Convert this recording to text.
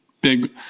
big